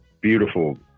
beautiful